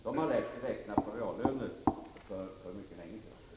De har lärt sig räkna på reallöner för mycket länge sedan.